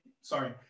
sorry